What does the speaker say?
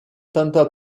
tenta